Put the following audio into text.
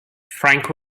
frank